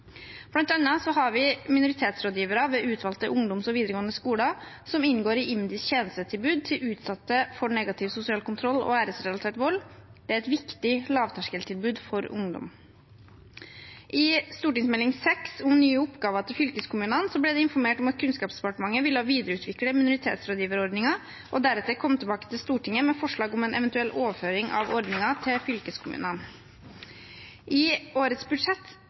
har vi minoritetsrådgivere ved utvalgte ungdomsskoler og videregående skoler, som inngår i IMDis tjenestetilbud til utsatte for negativ sosial kontroll og æresrelatert vold – et viktig lavterskeltilbud for ungdom. I Meld. St. 6 for 2018–2019 om nye oppgaver til fylkeskommunene ble det informert om at Kunnskapsdepartementet ville videreutvikle minoritetsrådgiverordningen og deretter komme tilbake til Stortinget med forslag om en eventuell overføring av ordningen til fylkeskommunene. I årets budsjett